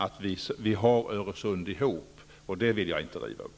Det är bra att vi har Öresund ihop, och det vill jag inte riva upp.